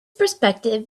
perspective